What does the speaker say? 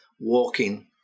walking